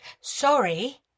Sorry